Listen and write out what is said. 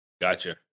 Gotcha